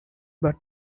but